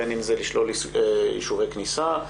בין אם זה לשלול אישורי כניסה,